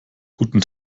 guten